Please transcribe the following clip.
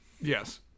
Yes